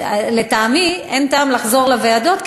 ולטעמי אין טעם לחזור לוועדות,